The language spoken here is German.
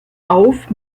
auf